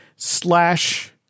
Slash